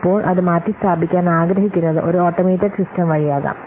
ഇപ്പോൾ അത് മാറ്റിസ്ഥാപിക്കാൻ ആഗ്രഹിക്കുന്നത് ഒരു ഓട്ടോമേറ്റഡ് സിസ്റ്റം വഴിയാകാം